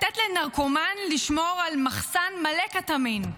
לתת לנרקומן לשמור על מחסן מלא קטמין,